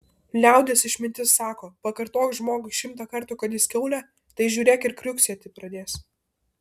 liaudies išmintis sako pakartok žmogui šimtą kartų kad jis kiaulė tai žiūrėk ir kriuksėti pradės